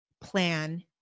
plan